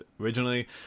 originally